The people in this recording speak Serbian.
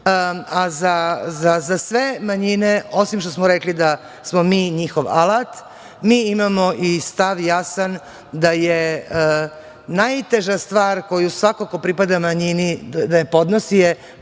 A za sve manjine, osim što smo rekli da smo mi njihov alat, mi imamo i stav jasan, da je najteža stvar koju svako ko pripada manjini, da je podnosi je